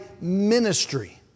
ministry